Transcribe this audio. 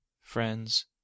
friends